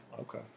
Okay